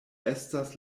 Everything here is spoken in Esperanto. estas